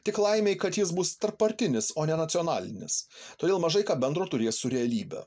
tik laimei kad jis bus tarppartinis o ne nacionalinis todėl mažai ką bendro turės su realybe